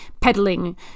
peddling